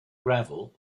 gravel